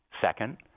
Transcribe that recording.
Second